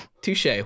touche